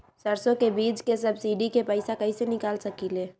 सरसों बीज के सब्सिडी के पैसा कईसे निकाल सकीले?